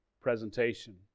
presentation